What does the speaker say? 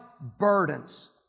burdens